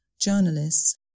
journalists